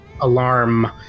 alarm